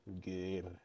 Good